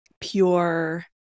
pure